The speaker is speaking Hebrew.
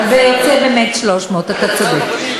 זה יוצא באמת 300, אתה צודק.